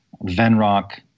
Venrock